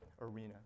arena